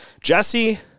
Jesse